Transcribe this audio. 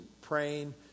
praying